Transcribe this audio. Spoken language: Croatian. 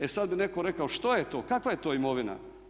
E sada bi netko rekao što je to, kakva je to imovina.